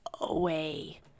away